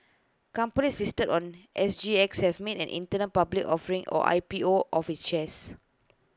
companies listed on S G X have made an internal public offering or I P O of its shares